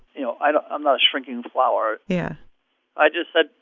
you know, i'm not a shrinking flower yeah i just said,